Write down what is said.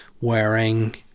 wearing